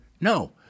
No